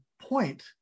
point